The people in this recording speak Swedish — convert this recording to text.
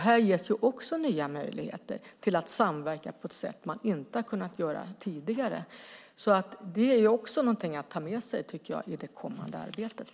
Här ges också nya möjligheter att samverka på ett sätt som man inte har kunnat göra tidigare. Jag tycker att det också är någonting att ta med sig i det kommande arbetet.